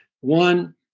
One